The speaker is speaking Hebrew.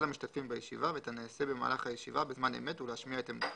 המשתתפים בישיבה ואת הנעשה במהלך הישיבה בזמן אמת ולהשמיע את עמדתם.